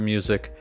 Music